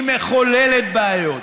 היא מחוללת בעיות.